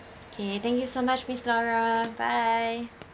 okay thank you so much miss laura bye